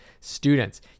students